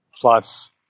Plus